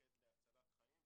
מוקד להצלת חיים,